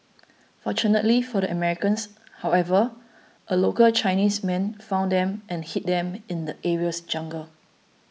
fortunately for the Americans however a local Chinese man found them and hid them in the area's jungle